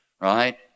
right